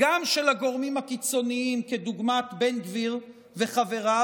גם של הגורמים הקיצוניים כדוגמת בן גביר וחבריו,